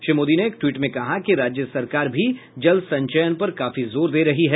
श्री मोदी ने एक ट्वीट में कहा कि राज्य सरकार भी जल संचयन पर काफी जोर दे रही है